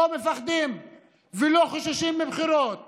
לא מפחדים ולא חוששים מבחירות שלישיות,